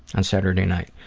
and saturday night.